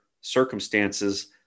circumstances